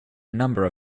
number